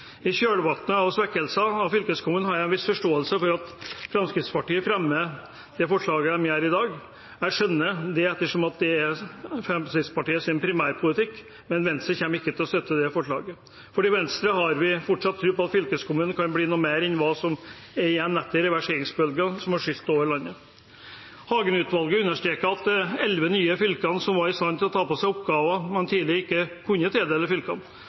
I kjølvannet av svekkelsen av fylkeskommunene har jeg en viss forståelse av at Fremskrittspartiet fremmer det forslaget de gjør i dag. Jeg skjønner det ettersom det er Fremskrittspartiets primærpolitikk, men Venstre kommer ikke til å støtte forslaget. I Venstre har vi fortsatt tro på at fylkeskommunene kan bli noe mer enn det som er igjen etter reverseringsbølgen som har skylt over landet. Hagen-utvalget understreket at de elleve nye fylkene var i stand til å ta på seg oppgaver man tidligere ikke kunne tildele fylkene.